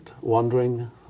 wandering